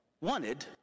wanted